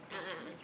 a'ah a'ah